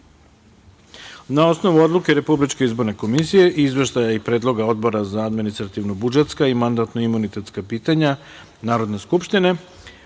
osnovu odluke RIK-a, izveštaja i predloga Odbora za administrativno-budžetska i mandatno-imunitetska pitanja Narodne skupštine,